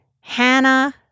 Hannah